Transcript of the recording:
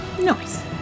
Nice